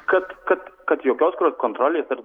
kad kad kad jokios kontrolės ar